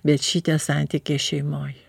bet šitie santykiai šeimoj